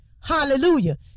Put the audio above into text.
Hallelujah